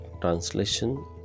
translation